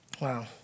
Wow